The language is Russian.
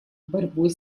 борьбой